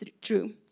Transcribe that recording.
true